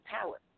power